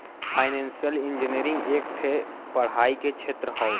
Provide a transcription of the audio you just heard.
financial engineering एक ठे पढ़ाई के क्षेत्र हौ